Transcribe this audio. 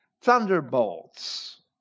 thunderbolts